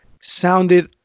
sounded